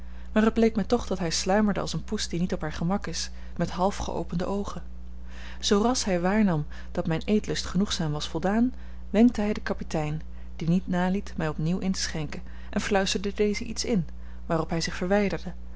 maar het bleek mij toch dat hij sluimerde als een poes die niet op haar gemak is met half geopende oogen zoo ras hij waarnam dat mijn eetlust genoegzaam was voldaan wenkte hij den kapitein die niet naliet mij opnieuw in te schenken en fluisterde dezen iets in waarop hij zich verwijderde